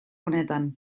honetan